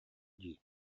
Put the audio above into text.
дии